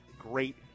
great